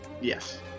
Yes